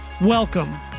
Welcome